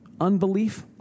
unbelief